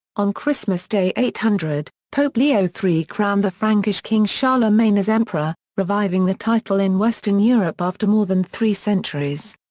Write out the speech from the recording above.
on christmas day eight hundred, pope leo iii crowned the frankish king charlemagne as emperor, reviving the title in western europe after more than three centuries.